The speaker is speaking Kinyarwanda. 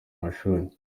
amashuri